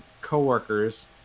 coworkers